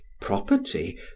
property